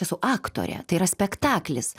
esu aktorė tai yra spektaklis